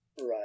Right